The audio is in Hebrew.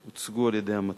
והן הוצגו על-ידי המציעים.